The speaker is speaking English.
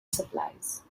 supplies